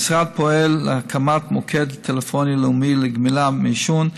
המשרד פועל להקמת מוקד טלפוני לאומי לגמילה מעישון,